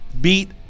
beat